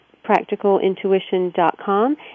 practicalintuition.com